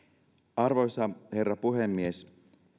arvoisa herra puhemies